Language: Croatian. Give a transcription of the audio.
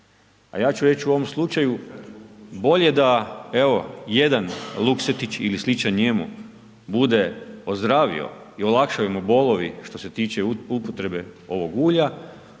A ja ću reći u ovom slučaju, bolje da evo, jedan Luksetić ili sličan njemu bude ozdravio i olakšali mu bolovi, što se tiče upotrebe ovog ulja,